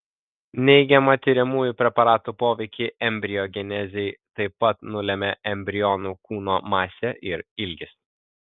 neigiamą tiriamųjų preparatų poveikį embriogenezei taip pat nulemia embrionų kūno masė ir ilgis